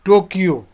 Tokyo